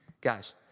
guys